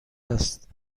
است